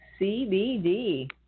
CBD